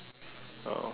oh